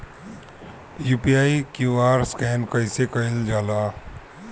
UPI QR scan कइसे कईल जा ला?